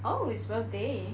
oh is birthday